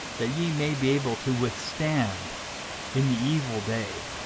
that ye may be able to withstand in the evil day,